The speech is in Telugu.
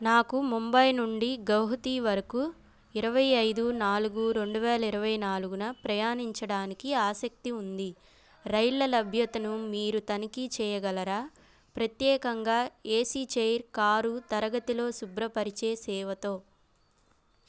నాకు ముంబై నుండి గౌహతి వరకు ఇరవై ఐదు నాలుగు రెండు వేల ఇరవై నాలుగు ప్రయాణించడానికి ఆసక్తి ఉంది రైళ్ళ లభ్యతను మీరు తనిఖీ చేయగలరా ప్రత్యేకంగా ఏసీ చైర్ కారు తరగతిలో శుభ్రపరిచే సేవతో